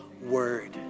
word